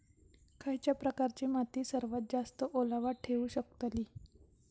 खयच्या प्रकारची माती सर्वात जास्त ओलावा ठेवू शकतली?